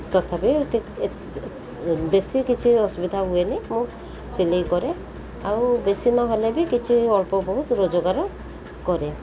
ତଥାପି ବେଶୀ କିଛି ଅସୁବିଧା ହୁଏନି ମୁଁ ସିଲେଇ କରେ ଆଉ ବେଶୀ ନହେଲେ ବି କିଛି ଅଳ୍ପ ବହୁତ ରୋଜଗାର କରେ